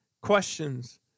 questions